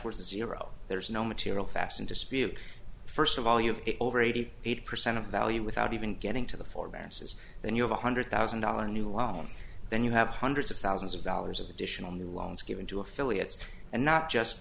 worth zero there is no material facts in dispute first of all you have over eighty eight percent of value without even getting to the four masses then you have a hundred thousand dollar new loans then you have hundreds of thousands of dollars of additional new loans given to affiliates and not just